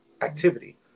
activity